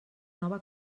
nova